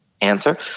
answer